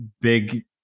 Big